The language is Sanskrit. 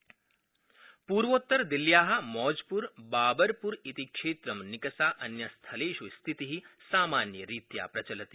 दिल्ली पूर्वोत्तरदिल्ल्या मौजप्र बाबारपुर इति क्षेत्र निकषा अन्यस्थलेष् स्थिति सामान्यरीत्या प्रचलति